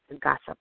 gossip